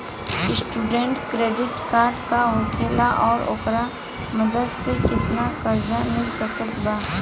Student credit card का होखेला और ओकरा मदद से केतना कर्जा मिल सकत बा?